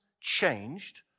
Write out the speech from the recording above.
changed